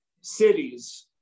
cities